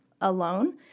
alone